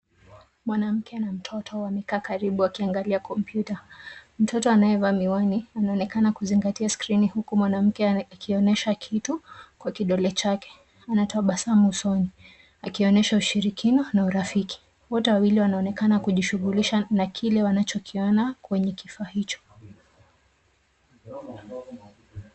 Mwanamke na mtoto wamekaa karibu wakiangalia kompyuta. Mtoto anayevaa miwani anaonekana kuzingatia skrini huku mwanamke akionyesha kitu kwa kidole chake. Ana tabasamu usoni, akionyesha ushirikino na urafiki. Wote wawili wanaonekana kujishughulisha na kile wanachokiona kwenye kifaa hicho.